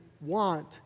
want